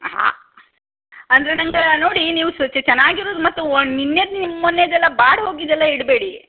ಹಾಂ ಅಂದರೆ ನನಗೆ ನೋಡಿ ನೀವು ಚೆನ್ನಾಗಿರೋದು ಮತ್ತು ಒ ನಿನ್ನೆದು ಮೊನ್ನೆದೆಲ್ಲಾ ಬಾಡಿ ಹೋಗಿದ್ದೆಲ್ಲಾ ಇಡಬೇಡಿ